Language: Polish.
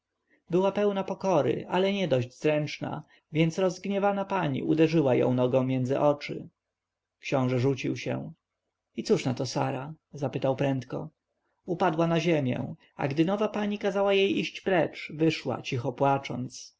była pełną pokory ale niedość zręczną więc rozgniewana pani uderzyła ją nogą między oczy książę rzucił się i cóż na to sara zapytał prędko upadła na ziemię a gdy nowa pani kazała jej iść precz wyszła cicho płacząc